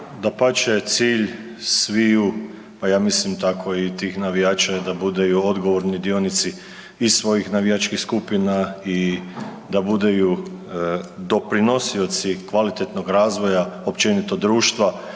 dapače cilj sviju, pa ja mislim tako i tih navijača je da budeju odgovorni dionici i svojih navijačkih skupina i da budeju doprinosioci kvalitetnog razvoja općenito društva